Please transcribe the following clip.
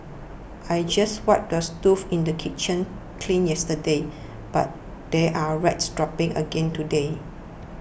I just wiped the stove in the kitchen clean yesterday but there are rat droppings again today